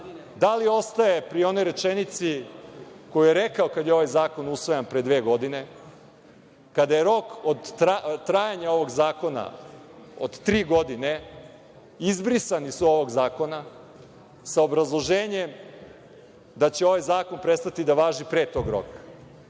da li ostaje pri onoj rečenici koju je rekao kada je ovaj zakon usvajan pre dve godine, kada je rok trajanja ovog zakona od tri godine izbrisan iz ovog zakona, sa obrazloženjem da će ovaj zakon prestati da važi pre tog roka.U